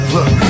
Look